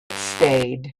stayed